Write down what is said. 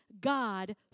God